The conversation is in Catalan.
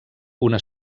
una